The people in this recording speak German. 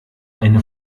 eine